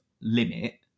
limit